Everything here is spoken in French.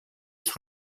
sous